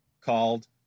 called